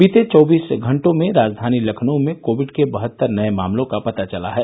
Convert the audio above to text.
बीते चौबीस घंटों में राजधानी लखनऊ में कोविड के बहत्तर नये मामलों का पता चला है